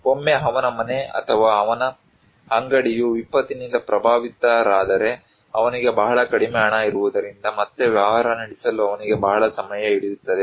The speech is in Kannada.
ಒಮ್ಮೆ ಅವನ ಮನೆ ಅಥವಾ ಅವನ ಅಂಗಡಿಯು ವಿಪತ್ತಿನಿಂದ ಪ್ರಭಾವಿತರಾದರೆ ಅವನಿಗೆ ಬಹಳ ಕಡಿಮೆ ಹಣ ಇರುವುದರಿಂದ ಮತ್ತೆ ವ್ಯವಹಾರ ನಡೆಸಲು ಅವನಿಗೆ ಬಹಳ ಸಮಯ ಹಿಡಿಯುತ್ತದೆ